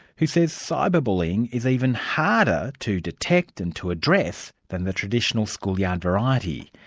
who says cyber-bullying is even harder to detect and to address than the traditional schoolyard variety.